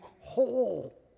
whole